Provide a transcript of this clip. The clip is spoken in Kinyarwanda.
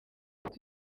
kuko